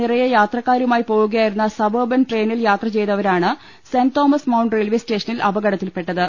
നിറയെ യാത്രക്കാരു മായി പോകുകയായിരുന്ന സബർബൻ ട്രെയിനിൽ യാത്ര ചെയ്ത വരാണ് സെന്റ് തോമസ് മൌണ്ട് റെയിൽവെ സ്റ്റേഷനിൽ അപകട ത്തിൽപ്പെട്ടത്